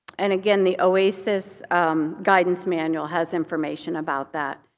and again the oasis guidance manual has information about that.